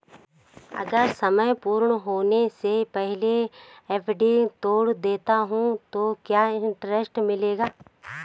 अगर समय पूर्ण होने से पहले एफ.डी तोड़ देता हूँ तो क्या इंट्रेस्ट मिलेगा?